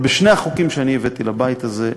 אבל בשני החוקים שהבאתי לבית הזה,